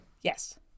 Yes